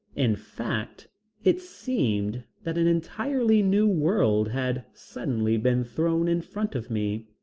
in fact it seemed that an entirely new world had suddenly been thrown in front of me.